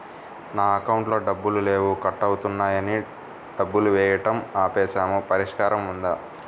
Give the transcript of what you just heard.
నా అకౌంట్లో డబ్బులు లేవు కట్ అవుతున్నాయని డబ్బులు వేయటం ఆపేసాము పరిష్కారం ఉందా?